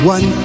One